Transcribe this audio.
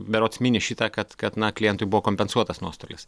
berods mini šitą kad kad na klientui buvo kompensuotas nuostolis